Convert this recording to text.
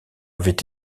avaient